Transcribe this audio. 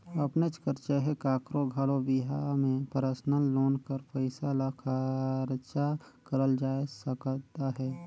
अपनेच कर चहे काकरो घलो बिहा में परसनल लोन कर पइसा ल खरचा करल जाए सकत अहे